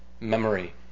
memory